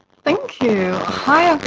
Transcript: thank you. hi, ah